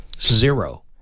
Zero